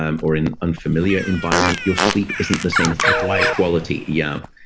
um or in an unfamiliar environment, your sleep isn't the same with light. quality. yeah.